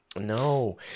No